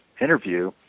interview